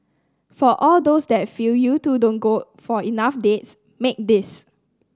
for all those that feel you two don't go for enough dates make this